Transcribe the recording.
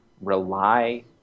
rely